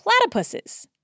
Platypuses